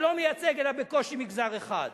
שלא מייצג אלא בקושי מגזר אחד?